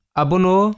abono